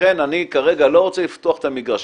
לכן אני כרגע לא רוצה לפתוח את המגרש.